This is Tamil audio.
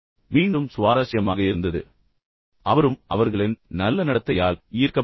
எனவே மீண்டும் சுவாரஸ்யமாக இருந்தது பயிற்றுவிப்பாளரும் அவர்களின் நல்ல நடத்தையால் ஈர்க்கப்பட்டார்